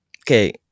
okay